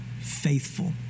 faithful